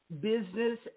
Business